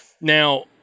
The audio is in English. Now